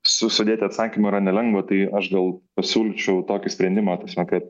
su sudėti atsakymą yra nelengva tai aš gal pasiūlyčiau tokį sprendimą ta prasme kad